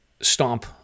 Stomp